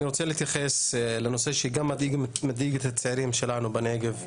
אני רוצה להתייחס לנושא שגם מדאיג את הצעירים שלנו בנגב,